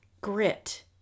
grit